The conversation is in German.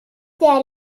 dieser